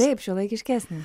taip šiuolaikiškesnis